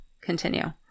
Continue